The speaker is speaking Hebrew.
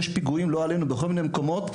יש פיגועים בכל מיני מקומות,